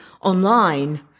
online